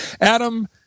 Adam